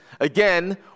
Again